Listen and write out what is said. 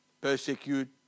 persecute